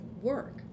work